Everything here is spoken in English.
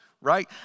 Right